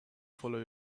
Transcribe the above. follow